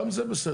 גם זה בסדר.